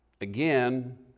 again